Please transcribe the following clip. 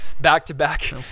back-to-back